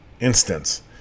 instance